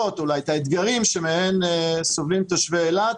ואת האתגרים שמהם סובלים תושבי העיר אילת,